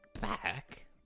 back